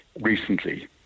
recently